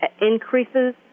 increases